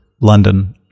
London